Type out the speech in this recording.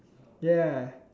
ya